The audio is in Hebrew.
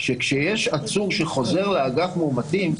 שכשיש עצור שחוזר לאגף מאומתים,